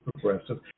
progressive